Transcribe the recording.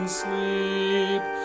sleep